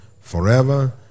forever